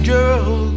Girl